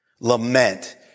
Lament